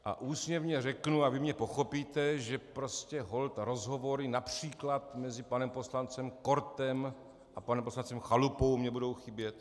A úsměvně řeknu, a vy mě pochopíte, že prostě holt rozhovory například mezi panem poslancem Kortem a panem poslancem Chalupou mi budou chybět.